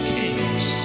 kings